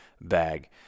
bag